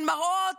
אין מראות,